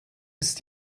ist